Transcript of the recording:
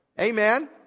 Amen